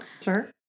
sure